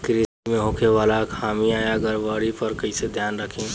कृषि में होखे वाला खामियन या गड़बड़ी पर कइसे ध्यान रखि?